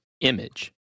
image